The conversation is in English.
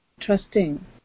trusting